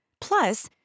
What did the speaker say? Plus